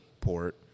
port